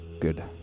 good